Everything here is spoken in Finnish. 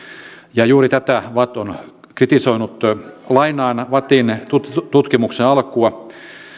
ja juuri tätä vatt on kritisoinut lainaan vattin tutkimuksen alkua